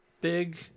Big